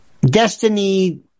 Destiny